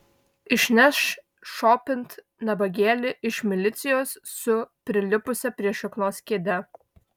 išneš šopint nabagėlį iš milicijos su prilipusia prie šiknos kėde